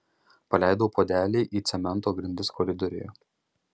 paleidau puodelį į cemento grindis koridoriuje